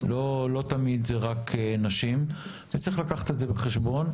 לא תמיד אלו רק נשים, אז צריך לקחת את זה בחשבון.